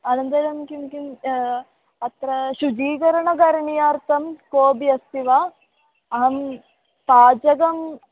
अनन्तरं किं किम् अत्र शुद्धीकरणं करणार्थं कोपि अस्ति वा अहं ताजकम्